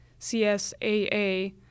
CSAA